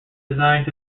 designed